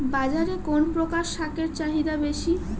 বাজারে কোন প্রকার শাকের চাহিদা বেশী?